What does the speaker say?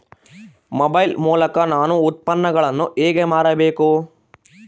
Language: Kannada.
ಮೊಬೈಲ್ ಮೂಲಕ ನಾನು ಉತ್ಪನ್ನಗಳನ್ನು ಹೇಗೆ ಮಾರಬೇಕು?